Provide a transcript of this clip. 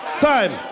time